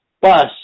bus